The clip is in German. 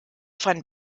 van